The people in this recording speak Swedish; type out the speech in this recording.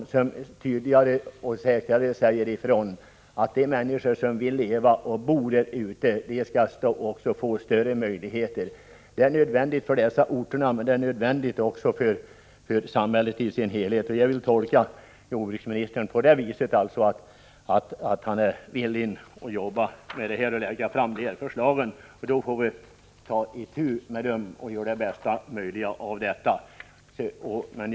Det behöver alltså tydligare och säkrare sägas ifrån att de människor som vill bo på en viss ort skall få större möjligheter att göra det. Det är nödvändigt för orterna i fråga och även för samhället i dess helhet. Jag tolkar jordbruksministern så, att han är villig att jobba med dessa frågor och att lägga fram förslag i nämnda riktning. Sedan får vi försöka göra det bästa möjliga av situationen.